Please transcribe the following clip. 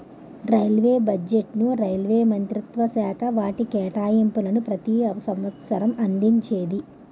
railway బడ్జెట్ను railway మంత్రిత్వశాఖ వాటి కేటాయింపులను ప్రతి సంవసరం అందించేది